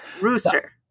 rooster